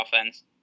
offense